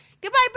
Goodbye